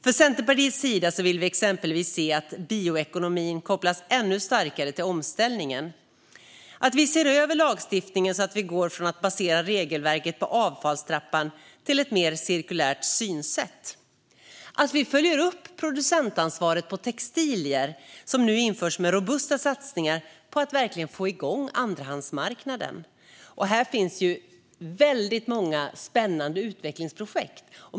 Från Centerpartiets sida vill vi exempelvis att bioekonomin kopplas ännu starkare till omställningen och att man ser över lagstiftningen så att vi går från ett regelverk baserat på avfallstrappan till ett mer cirkulärt synsätt. Vi vill också att man följer upp producentansvaret för textilier, som nu införs, med robusta satsningar på att få igång andrahandsmarknaden. Här finns det väldigt många spännande utvecklingsprojekt.